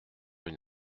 une